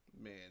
Man